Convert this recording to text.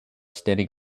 standing